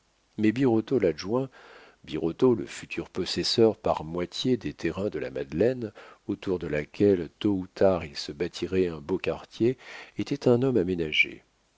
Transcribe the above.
mais birotteau l'adjoint birotteau le futur possesseur par moitié des terrains de la madeleine autour de laquelle tôt ou tard il se bâtirait un beau quartier était un homme